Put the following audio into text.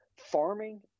Farming